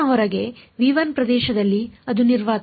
ನ ಹೊರಗೆ ಪ್ರದೇಶದಲ್ಲಿ ಅದು ನಿರ್ವಾತ